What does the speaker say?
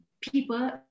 people